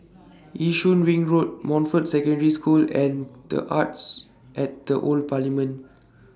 Yishun Ring Road Montfort Secondary School and The Arts At The Old Parliament